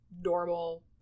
normal